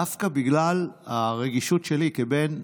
דווקא בגלל הרגישות שלי כבן,